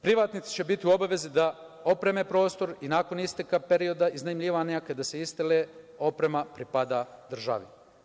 Privatnici će biti u obavezi da opreme prostor i nakon isteka perioda iznajmljivanja, kada se isele, oprema pripada državi.